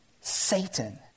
Satan